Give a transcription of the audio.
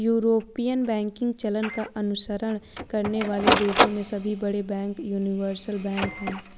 European banking चलन का अनुसरण करने वाले देशों में सभी बड़े बैंक यूनिवर्सल बैंक हैं